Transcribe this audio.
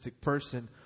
person